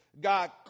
God